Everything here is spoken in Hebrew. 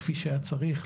כפי שהיה צריך,